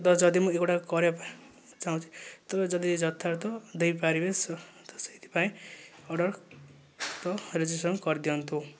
ତ ଯଦି ମୁଁ ଏଗୁଡ଼ାକ କରେ ଚାହୁଁଛି ତ ଯଦି ଯତାର୍ଥ ଦେଇପାରିବେ ତ ସେଇଥିପାଇଁ ଅର୍ଡ଼ର୍ ତ ରେଜିଷ୍ଟ୍ରେସନ୍ କରିଦିଅନ୍ତୁ